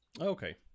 Okay